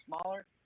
smaller